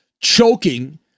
choking